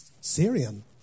Syrian